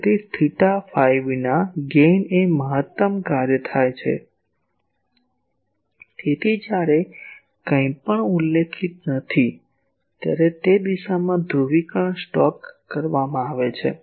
તેથી theta phi વિના gain એ મહત્તમ કાર્યમાં થાય છે તેથી જ્યારે કંઇપણ ઉલ્લેખિત નથી ત્યારે તે દિશામાં ધ્રુવીકરણ સ્ટોક કરવામાં આવે છે